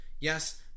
Yes